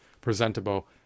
presentable